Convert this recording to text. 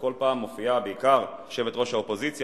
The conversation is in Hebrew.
וכל פעם מופיעים בעיקר יושבת-ראש האופוזיציה